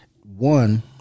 one